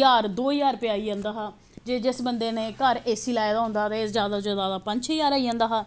ज्हार दो ज्हार रपेआ आई जंदा हा ते जिस बंदे ने घर ए सी लाए दा होंदा हा ते जादा तो जादा पंज छे ज्हार आई जंदा हा